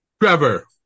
Trevor